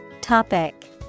Topic